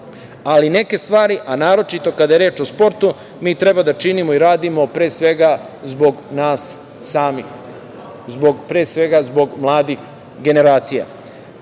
ali neke stvari, a naročito kada je reč o sportu, mi treba da činimo i radimo pre svega zbog nas samih, zbog mladih generacija,